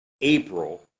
April